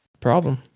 problem